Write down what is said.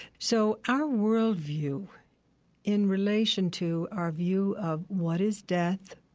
so our worldview in relation to our view of what is death,